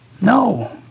No